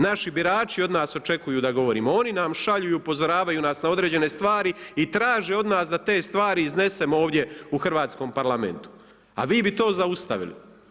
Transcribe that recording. Naši birači od nas očekuju da govorimo, oni nam šalju i upozoravaju nas na određene stvari i traže od nas da te stvari iznesemo ovdje u hrvatskom Parlamentu, a vi bi to zaustavili.